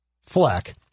Fleck